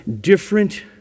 Different